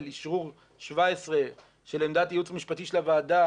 של אשרור 2017 של עמדת הייעוץ המשפטי של הוועדה,